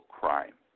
crime